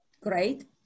great